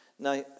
Now